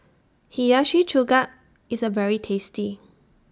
Hiyashi Chuka IS A very tasty